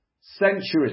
centuries